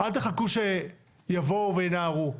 אל תחכו שיבואו וינערו.